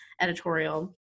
editorial